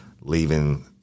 leaving